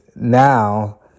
now